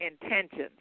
intentions